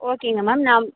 ஓகேங்க மேம் நான்